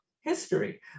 history